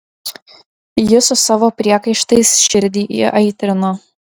ji su savo priekaištais širdį įaitrino